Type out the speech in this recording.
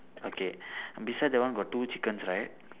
okay beside that one got two chickens right